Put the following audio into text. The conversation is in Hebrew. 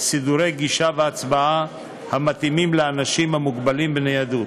סידורי גישה והצבעה המתאימים לאנשים המוגבלים בניידות.